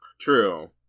True